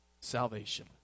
salvation